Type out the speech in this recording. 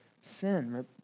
sin